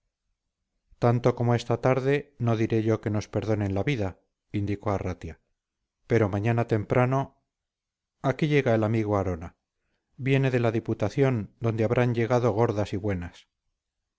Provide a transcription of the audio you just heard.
tanto como esta tarde no diré yo que nos perdonen la vida indicó arratia pero mañana temprano aquí llega el amigo arana viene de la diputación donde habrán llegado gordas y buenas